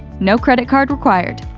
no credit card required.